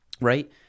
right